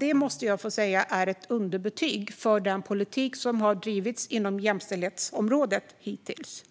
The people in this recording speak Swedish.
Det måste jag få säga är ett underbetyg för den politik som har drivits på jämställdhetsområdet hittills.